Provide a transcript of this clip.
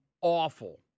awful